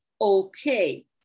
okay